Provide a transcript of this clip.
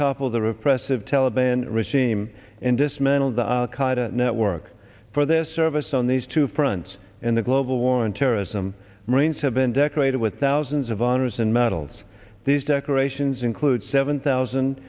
topple the repressive taliban regime and dismantled the al qaida network for their service on these two fronts in the global war on terrorism marines have been decorated with thousands of honors and medals these decorations include seven thousand